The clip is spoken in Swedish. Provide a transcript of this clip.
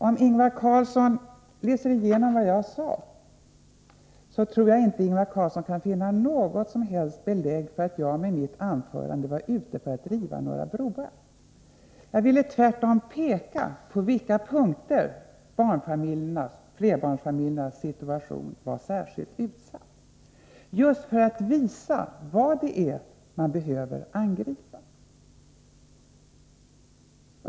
Om Ingvar Carlsson senare läser igenom vad jag sade tror jag inte heller att han i det kan finna något som helst belägg för att jag skulle vara ute efter att riva några broar. Jag ville tvärtom peka på i vilka situationer flerbarnsfamiljerna befinner sig, just för att visa vad det är man behöver angripa.